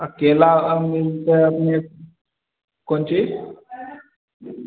आ केला तऽ अपने कोन चीज